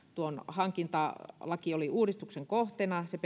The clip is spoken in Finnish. hankintalaki oli uudistuksen kohteena se